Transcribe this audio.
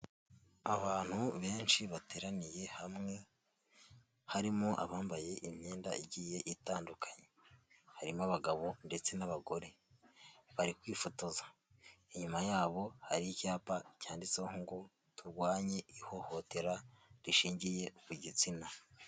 Abantu benshi bateraniye hamwe, harimo abambaye imyenda igiye itandukanye, harimo abagabo ndetse n'abagore, bari kwifotoza, inyuma yabo hari icyapa cyanditseho ngo: "Turwanye ihohotera rishingiye ku gitsina."